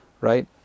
right